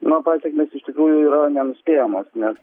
na pasekmės iš tikrųjų yra nenuspėjamos nes